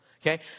okay